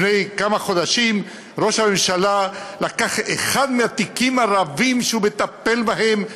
לפני כמה חודשים ראש הממשלה לקח אחד מהתיקים הרבים שהוא מטפל בהם,